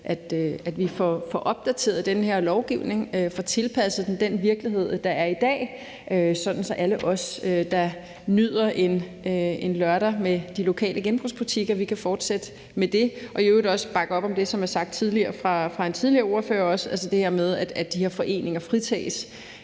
at vi får opdateret den her lovgivning og får tilpasset den til den virkelighed, der er i dag, sådan så alle os, der nyder en lørdag i de lokale genbrugsbutikker, kan fortsætte med det. Jeg vil i øvrigt også bakke op om det, som blev sagt af en tidligere ordfører, altså at de her foreninger fritages,